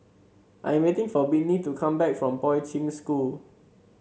I am waiting for Whitney to come back from Poi Ching School